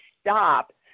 stop